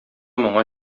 моңа